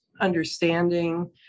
understanding